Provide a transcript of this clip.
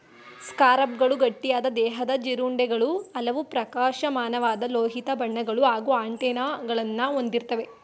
ಸ್ಕಾರಬ್ಗಳು ಗಟ್ಟಿಯಾದ ದೇಹದ ಜೀರುಂಡೆಗಳು ಹಲವು ಪ್ರಕಾಶಮಾನವಾದ ಲೋಹೀಯ ಬಣ್ಣಗಳು ಹಾಗೂ ಆಂಟೆನಾಗಳನ್ನ ಹೊಂದಿರ್ತವೆ